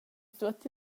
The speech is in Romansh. tuot